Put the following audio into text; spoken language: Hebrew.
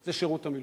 זה שירות המילואים,